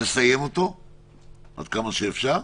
נסיים אותו ככל האפשר,